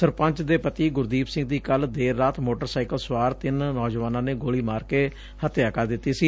ਸਰਪੰਚ ਦੇ ਪਤੀ ਗੁਰਦੀਪ ਸਿੰਘ ਦੀ ਕੱਲ ਦੇਰ ਰਾਤ ਮੋਟਰ ਸਾਈਕਲ ਸੁਆਰ ਤਿੰਨ ਨੌਜੁਆਨਾਂ ਨੇ ਗੋਲੀ ਮਾਰ ਕੇ ਹਤਿਆ ਕਰ ਦਿੱਤੀ ਸੀ